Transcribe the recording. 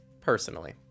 personally